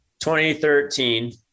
2013